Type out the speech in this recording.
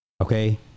Okay